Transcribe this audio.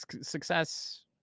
success